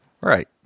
Right